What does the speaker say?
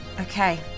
Okay